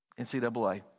NCAA